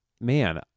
man